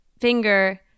finger